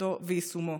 לחקיקתו ויישומו.